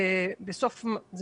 וזה